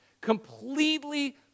completely